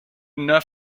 enough